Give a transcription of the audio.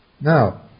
Now